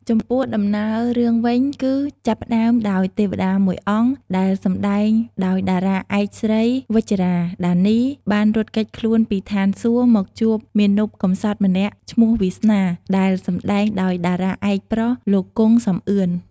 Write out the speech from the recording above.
ចំពោះដំណើររឿងវិញ គឹចាប់ផ្ដើមដោយទេវតាមួយអង្គដែលសម្ដែងដោយតារាឯកស្រី វិជ្ជរា ដានី បានរត់គេចខ្លួនពីឋានសួគ៌មកជួបមាណពកំសត់ម្នាក់ឈ្មោះវាសនា ដែលសម្ដែងដោយតារាឯកប្រុស លោកគង់ សំអឿន។